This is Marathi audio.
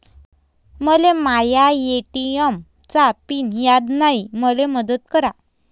मले माया ए.टी.एम चा पिन याद नायी, मले मदत करा